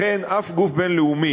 לכן, אף גוף בין-לאומי